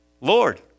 Lord